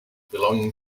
belonging